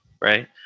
right